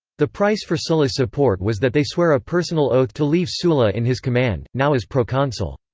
the price for sulla's support was that they swear a personal oath to leave sulla in his command, now as proconsul.